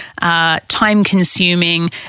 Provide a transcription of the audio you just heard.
time-consuming